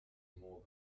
more